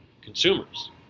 consumers